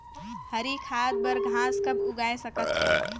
हरी खाद बर घास कब उगाय सकत हो?